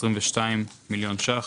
22 מיליון ₪,